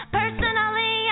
personally